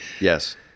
Yes